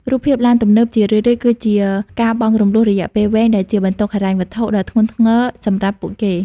រូបភាពឡានទំនើប ជារឿយៗគឺជាការបង់រំលស់រយៈពេលវែងដែលជាបន្ទុកហិរញ្ញវត្ថុដ៏ធ្ងន់សម្រាប់ពួកគេ។